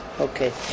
Okay